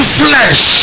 flesh